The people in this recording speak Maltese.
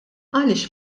għaliex